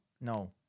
No